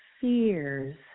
fears